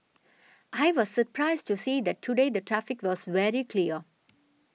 I was surprised to see that today the traffic was very clear